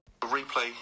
Replay